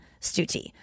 Stuti